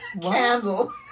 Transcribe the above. candle